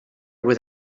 with